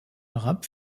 arabe